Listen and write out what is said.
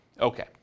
Okay